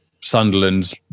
Sunderland's